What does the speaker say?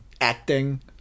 acting